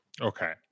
Okay